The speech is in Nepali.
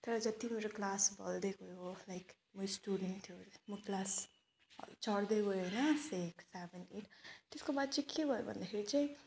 तर जति मेरो क्लास बढ्दै गयो लाइक म स्टुडेन्ट थियो म क्लास चढ्दै गयो होइन सिक्स सेभेन एट त्यसको बाद चाहिँ के भयो भन्दाखेरि चाहिँ